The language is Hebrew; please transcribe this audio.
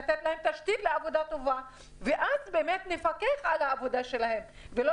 לתת להם תשתית לעבודה טובה ואז באמת נפקח על העבודה שלהם ולא